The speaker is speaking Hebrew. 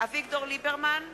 אביגדור ליברמן,